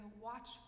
watchful